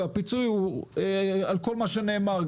והפיצוי על כל מה שנאמר,